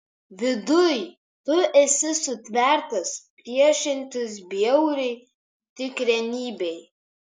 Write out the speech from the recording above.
viduj tu esi sutvertas priešintis bjauriai tikrenybei